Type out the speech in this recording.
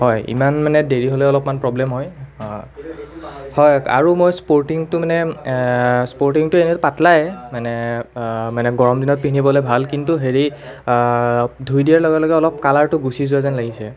হয় ইমান মানে দেৰি হ'লে অলপমান প্ৰব্লেম হয় হয় আৰু মই স্পৰ্টিংটো মানে স্পৰ্টিংটো এনেই পাতলাই মানে মানে গৰম দিনত পিন্ধিবলৈ ভাল কিন্তু হেৰি ধুই দিয়াৰ লগে লগে অলপ কালাৰটো গুচি যোৱা যেন লাগিছে